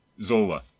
Zola